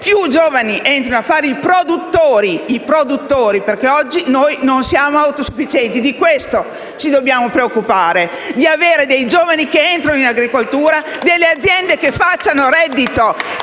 più giovani diventino produttori, perché oggi noi non siamo autosufficienti. Di questo ci dobbiamo preoccupare: avere dei giovani che entrino in agricoltura, delle aziende che facciano reddito